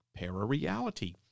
ParaReality